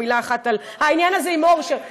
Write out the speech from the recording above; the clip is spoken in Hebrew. מילה אחת על העניין הזה עם אורשר,